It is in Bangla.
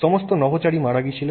সমস্ত নভোচারী মারা গিয়েছিল